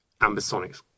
ambisonics